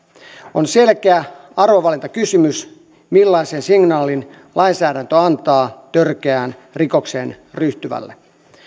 on selkeä arvovalintakysymys millaisen signaalin lainsäädäntö antaa törkeään rikokseen ryhtyvälle